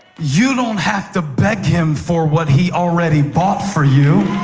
you don't have to beg him for what he already bought for you.